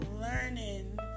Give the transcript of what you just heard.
learning